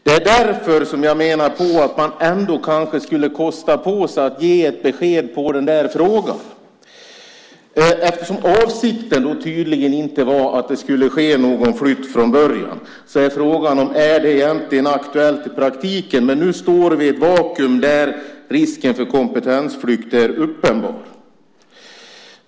Det är därför jag menar att man kanske ändå borde kosta på sig att ge ett besked i frågan. Avsikten var ju tydligen inte att det skulle ske någon flytt från början. Därför är frågan om det egentligen är aktuellt i praktiken. Men nu står vi i ett vakuum, där risken för kompetensflykt är uppenbar.